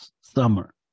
summer